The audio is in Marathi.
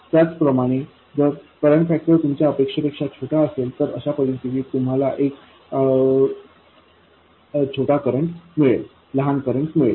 त्याचप्रमाणे जर करंट फॅक्टर तुमच्या अपेक्षेपेक्षा छोटा असेल तर अशा परिस्थितीत तुम्हाला एक लहान करंट मिळेल